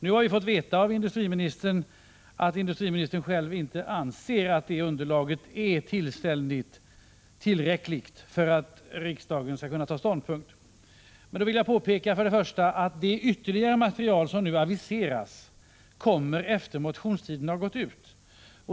Nu har vi fått veta att industriministern själv inte anser att det underlaget är tillräckligt för att riksdagen skall kunna ta ställning. Då vill jag påpeka att det ytterligare material som nu aviseras kommer efter det att motionstiden har gått ut.